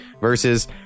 versus